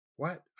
What